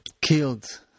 killed